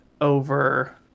over